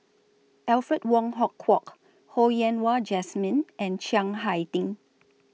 Alfred Wong Hong Kwok Ho Yen Wah Jesmine and Chiang Hai Ding